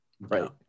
right